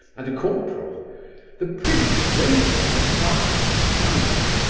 and a corporal the prince rated kolpakoff soundly,